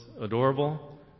adorable